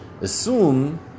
assume